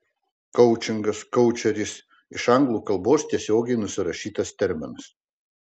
koučingas koučeris iš anglų kalbos tiesiogiai nusirašytas terminas